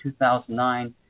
2009